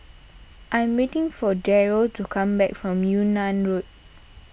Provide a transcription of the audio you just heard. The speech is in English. I am waiting for Daryle to come back from Yunnan Road